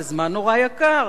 זה זמן נורא יקר,